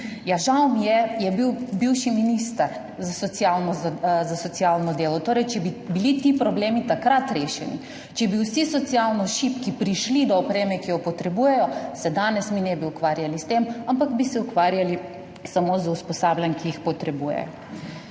ja, žal mi je, je bil bivši minister za socialno, za socialno delo, torej, če bi bili ti problemi takrat rešeni, če bi vsi socialno šibki prišli do opreme, ki jo potrebujejo, se danes mi ne bi ukvarjali s tem, ampak bi se ukvarjali samo z usposabljanji, ki jih potrebujejo.